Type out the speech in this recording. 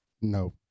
No